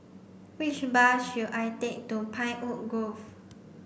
which bus should I take to Pinewood Grove